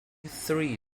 three